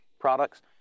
products